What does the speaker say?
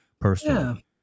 personally